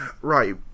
Right